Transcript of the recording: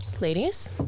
ladies